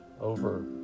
over